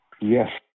Yes